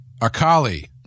akali